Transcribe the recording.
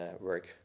work